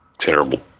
terrible